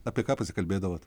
apie ką pasikalbėdavot